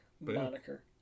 moniker